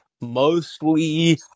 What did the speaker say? mostly